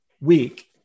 week